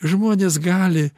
žmonės gali